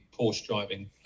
Porsche-driving